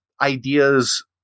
ideas